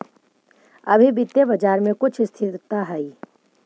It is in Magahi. अभी वित्तीय बाजार में कुछ स्थिरता हई